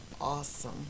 awesome